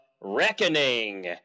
Reckoning